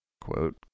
quote